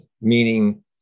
Meaning